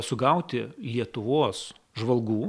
sugauti lietuvos žvalgų